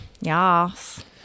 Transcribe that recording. yes